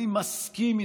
אני מסכים איתך,